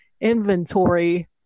inventory